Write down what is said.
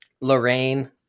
Lorraine